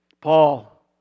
Paul